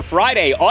Friday